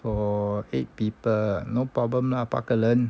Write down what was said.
for eight people no problem lah 八个人